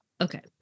Okay